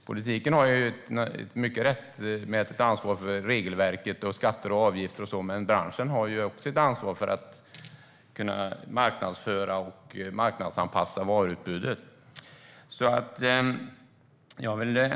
Politiken har ett rättmätigt ansvar för regelverket, skatter, avgifter och så, men branschen har också ett ansvar för att marknadsföra och marknadsanpassa varuutbudet.